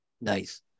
nice